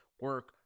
Work